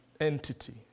entity